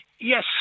yes